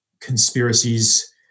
conspiracies